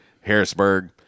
Harrisburg